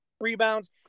rebounds